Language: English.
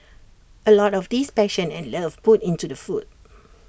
A lot of this passion and love put into the food